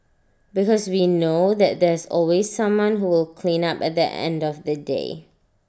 because we know that there's always someone who will clean up at the end of the day